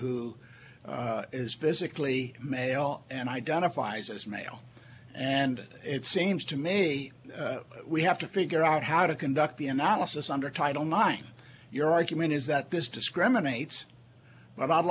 who is physically male and identifies as male and it seems to me we have to figure out how to conduct the analysis under title nine your argument is that this discriminates but i'd